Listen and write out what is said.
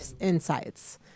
insights